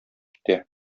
китә